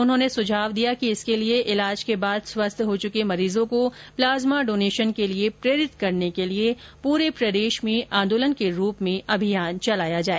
उन्होंने सुझाव दिया कि इसके लिए ईलाज के बाद स्वस्थ हो चूके मरीजों को प्लाज्मा डोनेशन के लिए प्रेरित करने के लिए पूरे प्रदेश में आन्दोलन के रूप में अभियान चलाया जाए